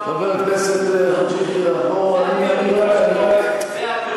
חבר הכנסת חאג' יחיא, אני רק מנסה,